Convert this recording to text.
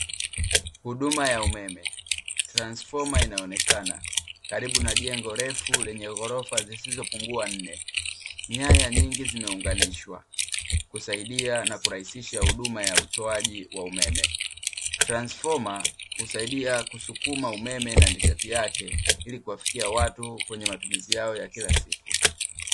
Huduma ya umeme. Transfoma inaonekana karibu na jengo refu lenye ghorofa zisizopungua nne, nyaya nyingi zimeunganishwa kusaidia na kurahisisha huduma ya utoaji wa umeme. Transfoma husaidia kusukuma umeme na nishati yake ili kuwafikia watu kwenye matumizi yao ya kila siku.